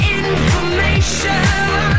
information